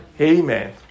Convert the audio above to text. Amen